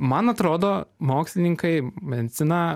man atrodo mokslininkai medicina